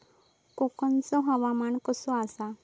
कोकनचो हवामान कसा आसा?